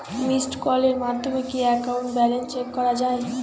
Missed কলের মাধ্যমে কি একাউন্ট ব্যালেন্স চেক করা যায়?